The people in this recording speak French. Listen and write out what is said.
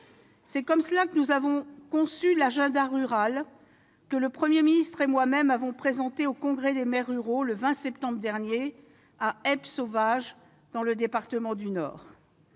C'est ainsi que nous avons conçu l'agenda rural, que le Premier ministre et moi-même avons présenté au congrès des maires ruraux, le 20 septembre dernier à Eppe-Sauvage, dans le département du Nord.